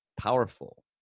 powerful